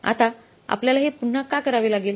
आता आपल्याला हे पुन्हा का करावे लागेल